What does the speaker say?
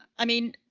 i mean,